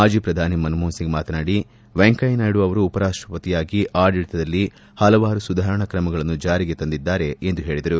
ಮಾಜ ಪ್ರಧಾನಿ ಮನ್ಮೋಹನ್ ಸಿಂಗ್ ಮಾತನಾಡಿ ವೆಂಕಯ್ಯ ನಾಯ್ಡ ಅವರು ಉಪರಾಷ್ಟಪತಿಯಾಗಿ ಆಡಳಿತದಲ್ಲಿ ಹಲವಾರು ಸುಧಾರಣಾ ಕ್ರಮಗಳನ್ನು ಜಾರಿಗೆ ತಂದಿದ್ದಾರೆ ಎಂದು ಹೇಳಿದರು